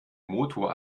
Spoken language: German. motor